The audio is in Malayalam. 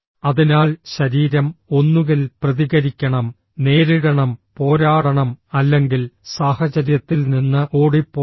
അതിനാൽ ശരീരം ഒന്നുകിൽ പ്രതികരിക്കണം നേരിടണം പോരാടണം അല്ലെങ്കിൽ സാഹചര്യത്തിൽ നിന്ന് ഓടിപ്പോകണം